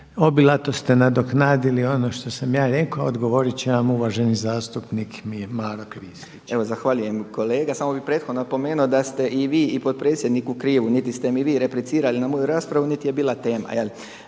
Obilato ste nadoknadili ono što sam ja rekao. Odgovorit će vam uvaženi zastupnik Maro Kristić.